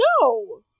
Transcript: No